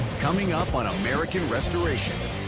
coming up on on american restoration.